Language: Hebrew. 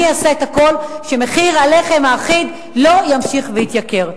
אני אעשה הכול כדי שמחיר הלחם האחיד לא ימשיך ויתייקר.